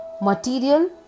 material